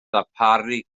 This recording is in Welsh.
ddarparu